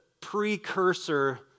precursor